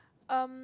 erm